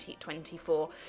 2024